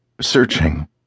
searching